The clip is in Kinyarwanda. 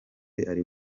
ari